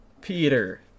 Peter